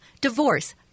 divorce